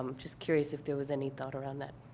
um just curious if there was any thought around that.